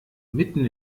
mitten